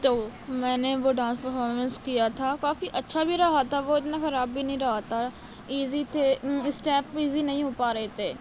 تو میں نے وہ ڈانس پرفامنس کیا تھا کافی اچھا بھی رہا تھا وہ اتنا خراب بھی نہیں رہا تھا ایزی تھے اسٹیپ ایزی نہیں ہو پا رہے تھے